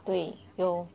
对有